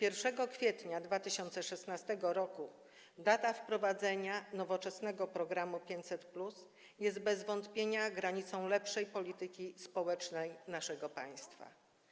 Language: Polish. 1 kwietnia 2016 r., data wprowadzenia nowoczesnego programu 500+, jest bez wątpienia granicą lepszej polityki społecznej naszego państwa.